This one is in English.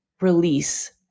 release